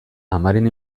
amaren